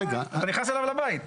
אתה נכנס אליו הביתה.